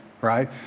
right